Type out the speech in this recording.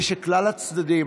כדי שכלל הצדדים,